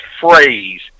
phrase